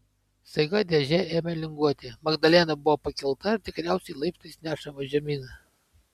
staiga dėžė ėmė linguoti magdalena buvo pakelta ir tikriausiai laiptais nešama žemyn